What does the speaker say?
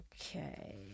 Okay